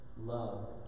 Love